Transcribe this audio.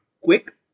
quick